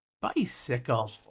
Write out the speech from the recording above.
bicycle